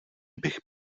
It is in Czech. bych